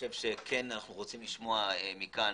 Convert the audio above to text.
כן אנו רוצים לשמוע מכאן,